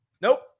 Nope